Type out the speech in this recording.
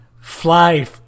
fly